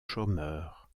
chômeurs